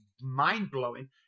mind-blowing